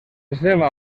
seva